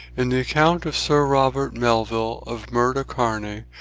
in the account of sir robert melvill of murdocarney,